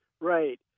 Right